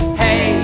hey